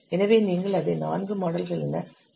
எனவே நீங்கள் அதை நான்கு மாடல்கள் என சரிசெய்யலாம்